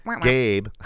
Gabe